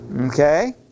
Okay